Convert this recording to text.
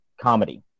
comedy